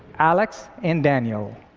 alex and daniel.